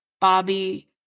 Bobby